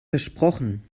versprochen